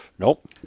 nope